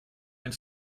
mein